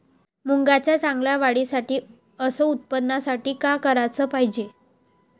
मुंगाच्या चांगल्या वाढीसाठी अस उत्पन्नासाठी का कराच पायजे?